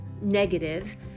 negative